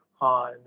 on